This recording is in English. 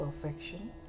perfection